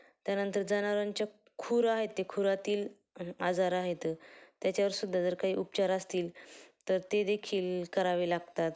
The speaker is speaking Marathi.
त्यानंतर जनावरांच्या खूर आहेत ते खुरातील आजार आहेत त्याच्यावरसुद्धा जर काही उपचार असतील तर ते देखील करावे लागतात